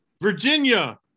Virginia